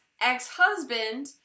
ex-husband